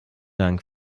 dank